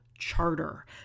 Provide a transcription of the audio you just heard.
charter